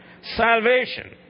salvation